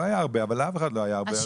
לא היה הרבה, אבל לאף אחד לא היה הרבה.